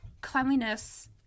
cleanliness